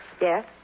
Yes